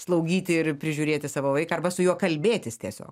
slaugyti ir prižiūrėti savo vaiką arba su juo kalbėtis tiesiog